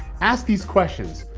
ask these questions.